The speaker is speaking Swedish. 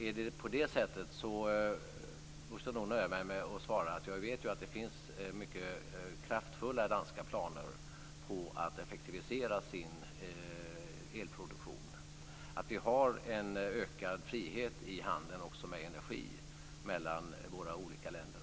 Är det så, måste jag nöja mig med att jag vet att det finns kraftfulla danska planer på att effektivisera elproduktionen. Vi har en ökad frihet i handeln med energi mellan våra länder.